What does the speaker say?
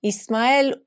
Ismael